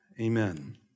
Amen